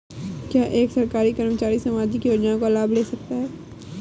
क्या एक सरकारी कर्मचारी सामाजिक योजना का लाभ ले सकता है?